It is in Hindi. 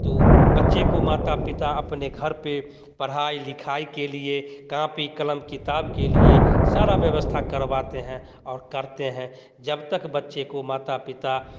तो बच्चे को माता पिता अपने घर पे पढ़ाई लिखाई के लिए कॉपी कलम किताब के लिए सारा व्यवस्था करवाते हैं और करते हैं जब तक बच्चों के माता पिता